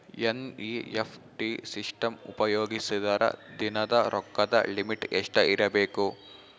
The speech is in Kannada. ಎನ್.ಇ.ಎಫ್.ಟಿ ಸಿಸ್ಟಮ್ ಉಪಯೋಗಿಸಿದರ ದಿನದ ರೊಕ್ಕದ ಲಿಮಿಟ್ ಎಷ್ಟ ಇರಬೇಕು?